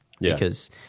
because-